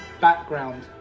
background